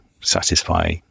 satisfy